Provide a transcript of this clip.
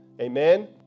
Amen